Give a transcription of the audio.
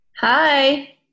Hi